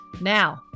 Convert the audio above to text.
Now